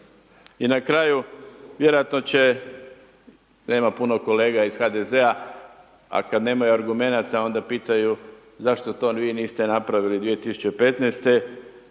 I na kraju, vjerojatno će, nema puno kolega iz HDZ-a, a kad nemaju argumenata, onda pitaju zašto to vi niste napravili 2015.?